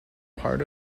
part